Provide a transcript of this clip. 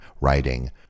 writing